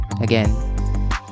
again